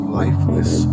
lifeless